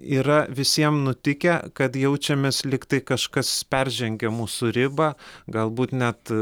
yra visiem nutikę kad jaučiamės lyg tai kažkas peržengia mūsų ribą galbūt net